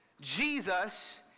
Jesus